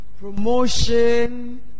promotion